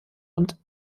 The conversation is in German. und